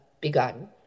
begun